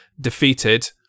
defeated